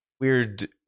weird